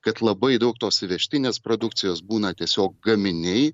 kad labai daug tos įvežtinės produkcijos būna tiesiog gaminiai